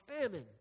famine